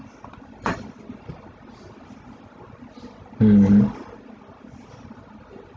mmhmm